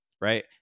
Right